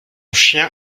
chien